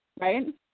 right